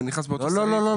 לא,